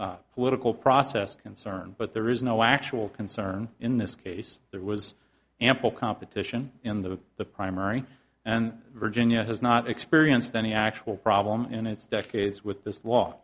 theoretical political process concerned but there is no actual concern in this case there was ample competition in the the primary and virginia has not experienced any actual problem in its decades with this law